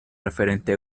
referente